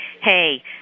hey